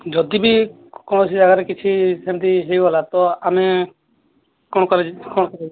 ଯଦି ବି କୌଣସି ଜାଗାରେ କିଛି ସେମିତି ହେଇଗଲା ତ ଆମେ କ'ଣ କରାଯିବ